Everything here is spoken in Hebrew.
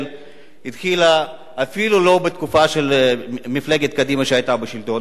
התחילה אפילו לא בתקופת מפלגת קדימה כשהיתה בשלטון,